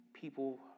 people